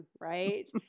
right